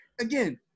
again